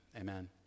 amen